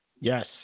Yes